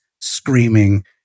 screaming